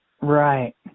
right